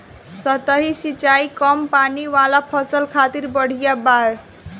सतही सिंचाई कम पानी वाला फसल खातिर बढ़िया बावे